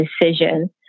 decision